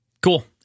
Cool